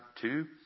two